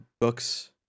books